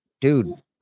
dude